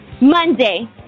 Monday